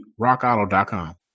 RockAuto.com